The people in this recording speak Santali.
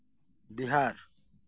ᱵᱤᱦᱟᱨ